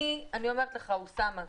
אני אומרת לך אוסאמה,